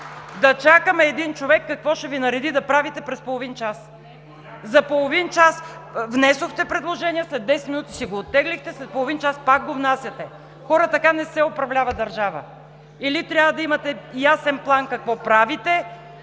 да чакаме един човек какво ще Ви нареди да правите през половин час?! За половин час внесохте предложение, след десет минути си го оттеглихте, след половин час пак го внасяте. Хора, така не се управлява държава! Или трябва да имате ясен план какво правите,